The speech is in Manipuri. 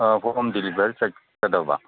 ꯑꯥ ꯍꯣꯝ ꯗꯤꯂꯤꯕꯔꯤ ꯆꯠꯀꯗꯕ